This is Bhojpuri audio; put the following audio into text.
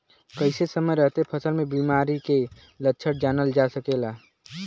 कइसे समय रहते फसल में बिमारी के लक्षण जानल जा सकेला?